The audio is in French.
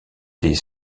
des